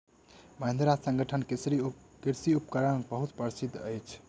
महिंद्रा संगठन के कृषि उपकरण बहुत प्रसिद्ध अछि